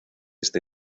este